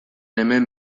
hemen